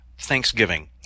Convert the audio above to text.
Thanksgiving